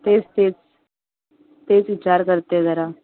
तेच तेच तेच विचार करते आहे जरा